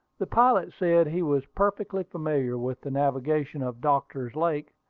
the pilot said he was perfectly familiar with the navigation of doctor's lake,